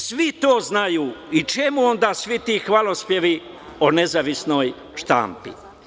Svi to znaju i čemu onda svi ti hvalospevi o nezavisnoj štampi?